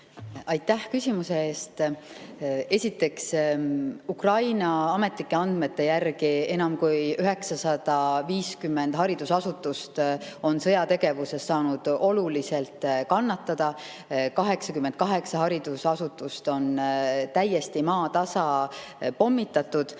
Aitäh küsimuse eest! Esiteks, Ukraina ametlike andmete järgi on enam kui 950 haridusasutust saanud sõjategevuses oluliselt kannatada, 88 haridusasutust on täiesti maatasa pommitatud.